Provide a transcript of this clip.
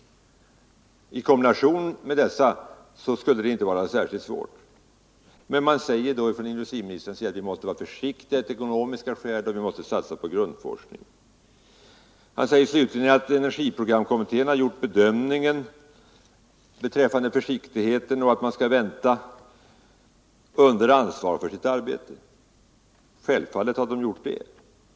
I samarbete med dessa skulle det inte vara särskilt svårt att genomföra sådana mätningar. Men industriministern säger att vi måste vara försiktiga och att vi av ekonomiska skäl måste satsa på grundforskning. Han säger slutligen att energiprogramkommittén har gjort sin bedömning om försiktighet och en avvaktande hållning under ansvar för sitt arbete. Självfallet har den gjort det.